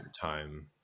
time